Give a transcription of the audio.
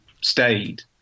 stayed